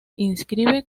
inscribe